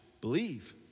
believe